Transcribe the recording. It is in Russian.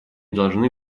должны